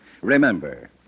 Remember